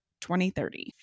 2030